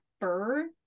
fur